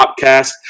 podcast